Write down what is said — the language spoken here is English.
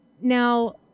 now